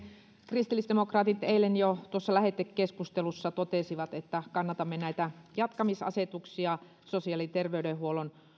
kristillisdemokraatit eilen jo tuossa lähetekeskustelussa totesivat että kannatamme näitä jatkamisasetuksia sosiaali ja terveydenhuollon